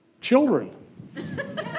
children